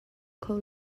kho